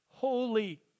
Holy